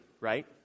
right